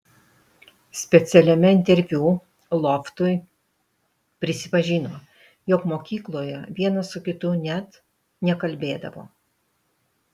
specialiame interviu loftui prisipažino jog mokykloje vienas su kitu net nekalbėdavo